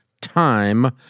time